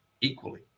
equally